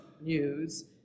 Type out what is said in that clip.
news